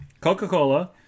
Coca-Cola